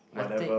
I take